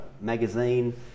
magazine